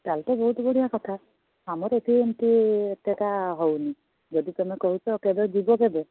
ତା'ହେଲେ ତ ବହୁତ ବଢ଼ିଆ କଥା ଆମର ଏଇଠି ଏମିତି ଏତେଟା ହେଉନି ଯଦି ତୁମେ କହୁଛ କେବେ ଯିବ କେବେ